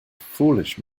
foolish